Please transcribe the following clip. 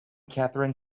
catherine